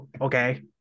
okay